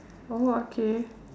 oh okay